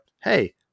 Hey